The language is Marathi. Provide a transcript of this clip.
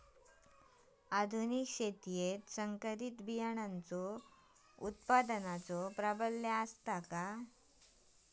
आधुनिक शेतीमधि संकरित बियाणांचो उत्पादनाचो प्राबल्य आसा